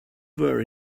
were